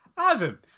Adam